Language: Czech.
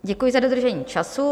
Děkuji za dodržení času.